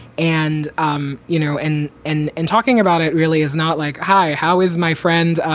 and, um you know, and and and talking about it really is not like, hi, how is my friend?